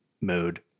mode